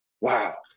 wow